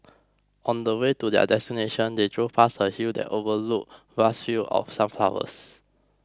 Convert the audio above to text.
on the way to their destination they drove past a hill that overlooked vast fields of sunflowers